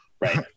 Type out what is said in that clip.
Right